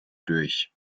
durch